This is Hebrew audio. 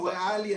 הוא ריאלי.